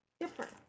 different